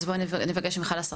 אז בואי תיפגשי עם ׳חלאסרטן׳״.